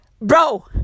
Bro